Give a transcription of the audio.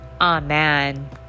Amen